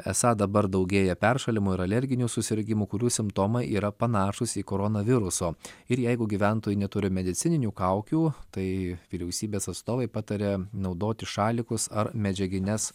esą dabar daugėja peršalimo ir alerginių susirgimų kurių simptomai yra panašūs į koronaviruso ir jeigu gyventojai neturi medicininių kaukių tai vyriausybės atstovai pataria naudoti šalikus ar medžiagines